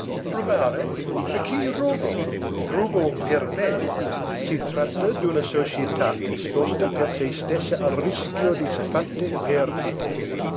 a chi rubo rubo per me si tratta d'una società esposta per se stessa al rischio di siffatte perdite